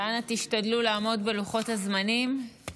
ואנא, תשתדלו לעמוד בלוחות הזמנים.